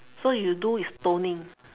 so you do is toning